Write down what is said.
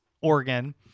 Oregon